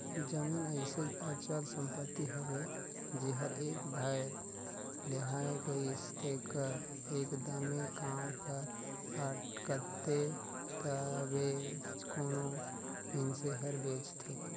जमीन अइसे अचल संपत्ति हवे जेहर एक धाएर लेहाए गइस तेकर एकदमे काम हर अटकथे तबेच कोनो मइनसे हर बेंचथे